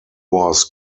was